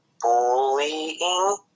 bullying